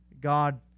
God